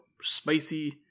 spicy-